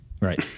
right